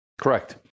Correct